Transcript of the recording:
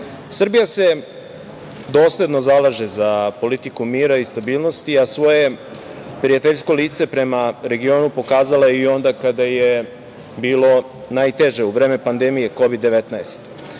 samita. Srbija se dosledno zalaže za politiku mira i stabilnosti a svoje prijateljsko lice prema regionu pokazala je i onda kada je bilo najteže u vreme pandemije Kovid 19.